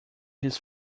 his